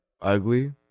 ugly